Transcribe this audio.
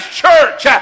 church